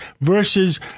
versus